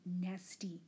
nasty